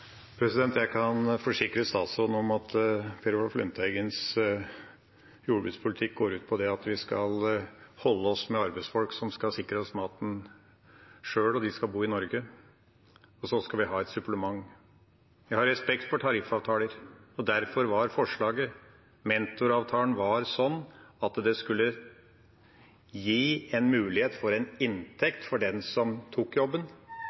Jeg kan forsikre statsråden om at Per Olaf Lundteigens jordbrukspolitikk går ut på at vi skal holde oss med arbeidsfolk som skal sikre oss maten sjøl, og de skal bo i Norge, og så skal vi ha et supplement. Jeg har respekt for tariffavtaler, og derfor var forslaget at mentoravtalen skulle gi en mulighet for en inntekt for den som tok jobben,